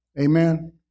Amen